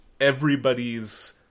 everybody's